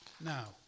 Now